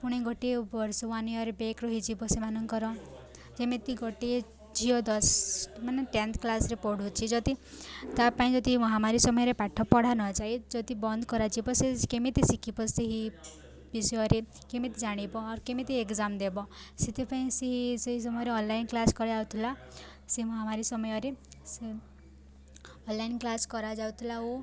ପୁଣି ଗୋଟିଏ ବର୍ଷ ୱାନ୍ ଇୟର୍ ବ୍ୟାକ୍ ରହିଯିବ ସେମାନଙ୍କର ଯେମିତି ଗୋଟିଏ ଝିଅ ଦଶ ମାନେ ଟେନ୍ଥ କ୍ଲାସ୍ରେ ପଢ଼ୁଛିି ଯଦି ତା ପାଇଁ ଯଦି ମହାମାରୀ ସମୟରେ ପାଠ ପଢ଼ା ନଯାଏ ଯଦି ବନ୍ଦ କରାଯିବ ସେ କେମିତି ଶିଖିବ ସେହି ବିଷୟରେ କେମିତି ଜାଣିବ ଆର୍ କେମିତି ଏଗ୍ଜାମ୍ ଦେବ ସେଥିପାଇଁ ସେ ସେହି ସମୟରେ ଅନ୍ଲାଇନ୍ କ୍ଲାସ୍ କରାଯାଉଥିଲା ସେ ମହାମାରୀ ସମୟରେ ସେ ଅନ୍ଲାଇନ୍ କ୍ଲାସ୍ କରାଯାଉଥିଲା ଓ